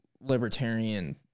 libertarian